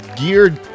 geared